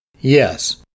Yes